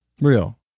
Real